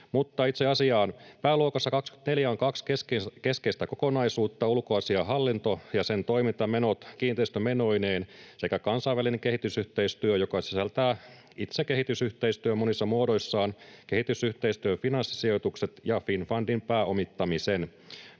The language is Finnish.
Mutta itse asiaan. Pääluokassa 24 on kaksi keskeistä kokonaisuutta: ulkoasiainhallinto ja sen toimintamenot kiinteistömenoineen sekä kansainvälinen kehitysyhteistyö, joka sisältää itse kehitysyhteistyön monissa muodoissaan, kehitysyhteistyön finanssisijoitukset ja Finnfundin pääomittamisen.